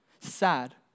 sad